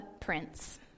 prince